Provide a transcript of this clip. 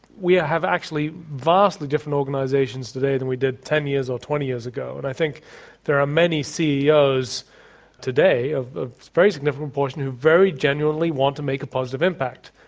we have actually vastly different organisations today than we did ten years or twenty years ago. and i think there are many ceos today, a ah very significant proportion, who very genuinely want to make a positive impact.